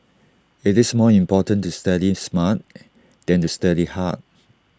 IT is more important to study smart than to study hard